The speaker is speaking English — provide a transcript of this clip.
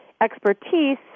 expertise